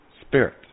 spirit